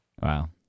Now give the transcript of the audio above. Wow